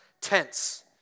tense